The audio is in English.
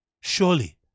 surely